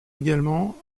également